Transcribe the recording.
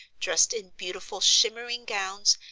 dressed in beautiful shimmering gowns,